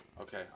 Okay